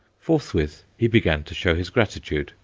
forthwith he began to show his gratitude,